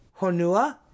honua